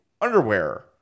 underwear